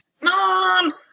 Mom